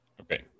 Okay